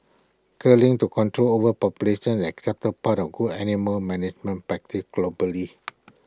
culling to control overpopulation accepted part of good animal management practice globally